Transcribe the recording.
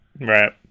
Right